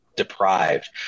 deprived